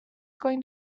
going